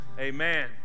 Amen